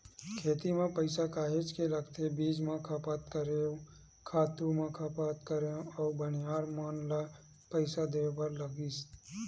खेती म पइसा काहेच के लगथे बीज म खपत करेंव, खातू म खपत करेंव अउ बनिहार मन ल पइसा देय बर लगिस